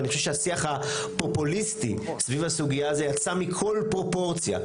אני חושב שהשיח הפופוליסטי סביב הסוגיה הזו יצא מכל פרופורציה,